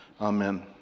Amen